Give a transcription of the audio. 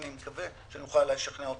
ואני מקווה שנוכל לשכנע אתכם.